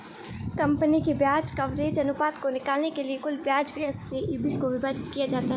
company के ब्याज coverage अनुपात को निकालने के लिए कुल ब्याज व्यय से ईबिट को विभाजित किया जाता है